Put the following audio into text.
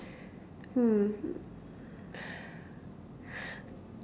hmm